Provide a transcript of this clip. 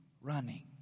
running